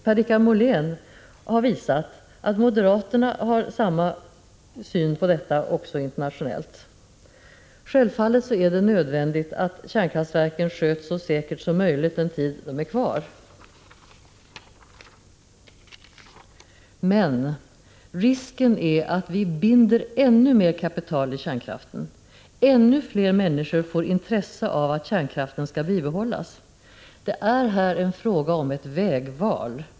Per-Richard Molén har visat att moderaterna har samma syn på detta också internationellt. Självfallet är det nödvändigt att kärnkraftverken sköts så säkert som möjligt den tid de är kvar, men risken är att vi binder ännu mer kapital vid kärnkraften, att ännu fler människor får intresse av att kärnkraften skall bibehållas. Det är här en fråga om ett vägval.